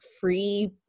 free